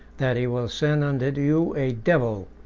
that he will send unto you a devil,